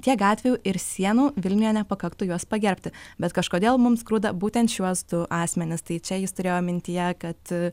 tiek gatvių ir sienų vilniuje nepakaktų juos pagerbti bet kažkodėl mums grūda būtent šiuos du asmenis tai čia jis turėjo mintyje kad